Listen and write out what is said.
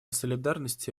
солидарности